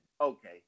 Okay